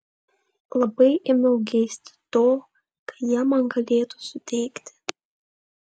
labai ėmiau geisti to ką jie man galėtų suteikti